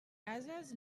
ases